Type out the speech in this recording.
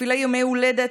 מפעילי ימי הולדת,